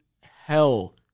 hell